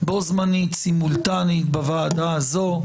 בו זמנית, סימולטנית בוועדה הזו,